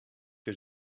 que